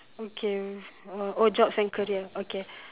okay oh jobs and career okay